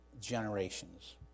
generations